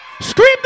Scream